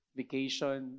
vacation